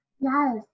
Yes